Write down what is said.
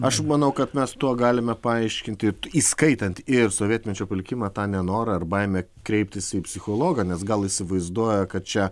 aš manau kad mes tuo galime paaiškinti įskaitant ir sovietmečio palikimą tą nenorą ar baimę kreiptis į psichologą nes gal įsivaizduoja kad čia